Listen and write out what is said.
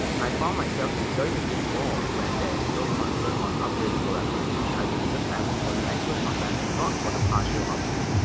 i found myself enjoying the game more when there's no concern on upgrading the weapons, i preserve ammo for the actual combat, not for the partial upgrade.